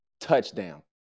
Touchdown